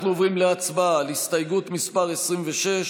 אנחנו עוברים להצבעה על הסתייגות מס' 26,